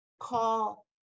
call